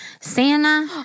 Santa